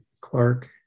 Clark